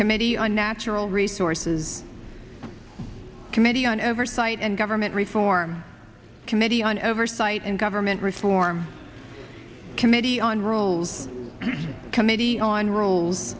committee anat traill resources committee on oversight and government reform committee on oversight and government reform committee on rules committee on rules